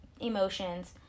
emotions